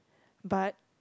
but